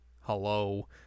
Hello